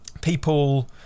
people